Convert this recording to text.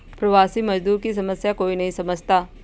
प्रवासी मजदूर की समस्या कोई नहीं समझता